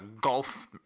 golf